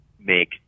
make